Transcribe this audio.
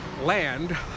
land